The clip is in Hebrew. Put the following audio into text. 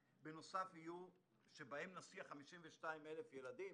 במסלולים הללו נסיע 52,000 ילדים.